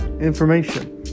information